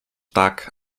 tak